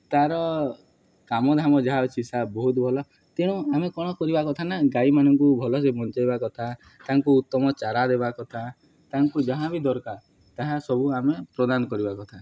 ତା'ର କାମଧାମ ଯାହା ଅଛି ସେଟା ବହୁତ ଭଲ ତେଣୁ ଆମେ କ'ଣ କରିବା କଥା ନା ଗାଈମାନଙ୍କୁ ଭଲସେ ବଞ୍ଚାଇବା କଥା ତାଙ୍କୁ ଉତ୍ତମ ଚାରା ଦେବା କଥା ତାଙ୍କୁ ଯାହା ବି ଦରକାର ତାହା ସବୁ ଆମେ ପ୍ରଦାନ କରିବା କଥା